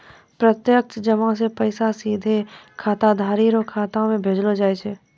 प्रत्यक्ष जमा से पैसा सीधे खाताधारी रो खाता मे भेजलो जाय छै